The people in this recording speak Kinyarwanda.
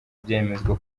byemezwa